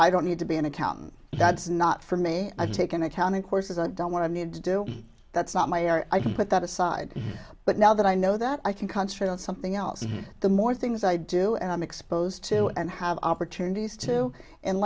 i don't need to be an accountant that's not for me i'll take an accounting course as i don't want to need to do that's not my hour i can put that aside but now that i know that i can concentrate on something else the more things i do and i'm exposed to and have opportunities to and